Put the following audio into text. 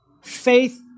faith